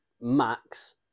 max